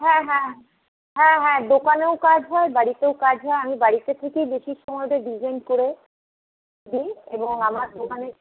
হ্যাঁ হ্যাঁ হ্যাঁ হ্যাঁ দোকানেও কাজ হয় বাড়িতেও কাজ হয় আমি বাড়িতে থেকেই বেশি সময় ওদের ডিজাইন করে দিই এবং আমার দোকানে